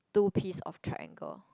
two piece of triangle